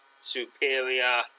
superior